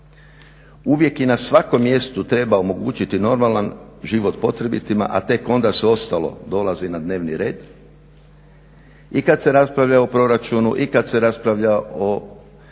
Uvijek i na svakom mjestu treba omogućiti normalna život potrebitima a tek onda sve ostalo dolazi na dnevni red. I kad se raspravlja o proračunu, i kad se raspravlja o